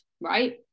right